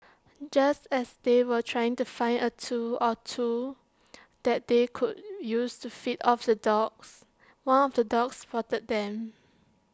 just as they were trying to find A tool or two that they could use to fend off the dogs one of the dogs spotted them